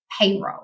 payroll